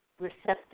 receptive